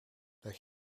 leg